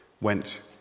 ...went